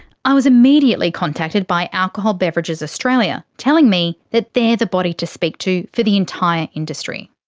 i was immediately contacted by alcohol beverages australia telling me that they're the body to speak to for the entire industry.